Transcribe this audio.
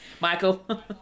Michael